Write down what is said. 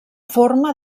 forma